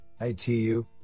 ITU